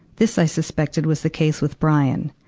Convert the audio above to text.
this, i suspected, was the case with brian.